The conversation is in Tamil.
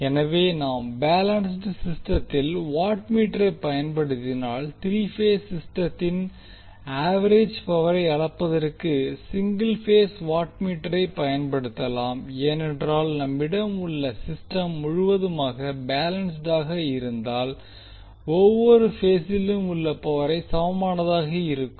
எனவே நாம் பேலன்ஸ்ட் சிஸ்டத்தில் வாட் மீட்டரை பயன்படுத்தினால் த்ரீ பேஸ் சிஸ்டத்தின் ஆவெரேஜ் பவரை அளப்பதற்கு சிங்கிள் பேஸ் வாட் மீட்டரை பயன்படுத்தலாம் ஏனென்றால் நம்மிடம் உள்ள சிஸ்டம் முழுவதுமாக பேலன்ஸ்ட் ஆக இருந்தால் ஒவ்வொரு பேசிலும் உள்ள பவர் சமமானதாக இருக்கும்